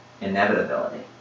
inevitability